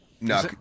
No